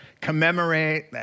commemorate